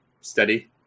steady